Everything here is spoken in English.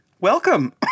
Welcome